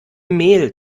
mehl